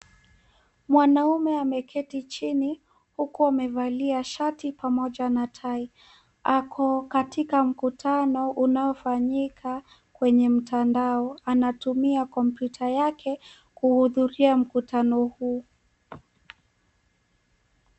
Mwanamume ameketi chini huku amevalia shati pamoja na tai. Ako katika mkutano unaofanyika kwenye mtandao. Anatumia kompyuta yake kuhudhuria mkutano huu.